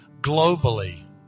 globally